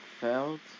felt